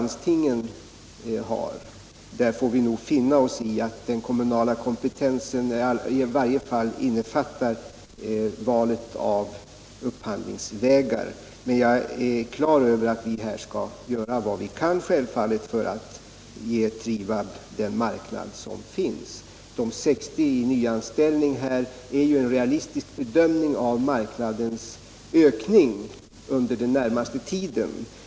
Där får vi nog finna oss i att den kommunala kompetensen i varje fall innefattar valet av upphandlingsvägar. Men vi skall självfallet göra vad vi kan för att ge Trivab den marknad som finns. De 60 nya anställningarna är en realistisk bedömning av marknadens ökning under den närmaste tiden.